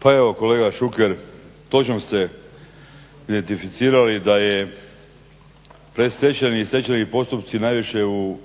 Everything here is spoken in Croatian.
Pa evo kolega Šuker točno ste identificirali da predstečajni i stečajni postupci najviše u